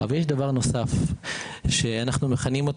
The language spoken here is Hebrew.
אבל יש דבר נוסף שאנחנו מכנים אותו